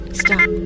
stop